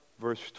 verse